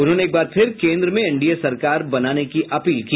उन्होंने एक बार फिर केंद्र में एनडीए सरकार बनाने की अपील की